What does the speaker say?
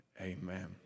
amen